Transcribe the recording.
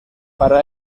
para